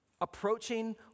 approaching